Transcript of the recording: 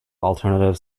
alternative